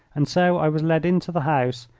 and so i was led into the house,